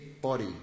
body